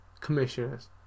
Commissioners